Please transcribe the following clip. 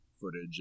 footage